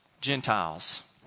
Gentiles